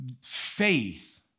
Faith